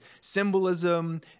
symbolism